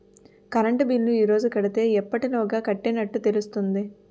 Current bill ఈ రోజు కడితే ఎప్పటిలోగా కట్టినట్టు తెలుస్తుంది?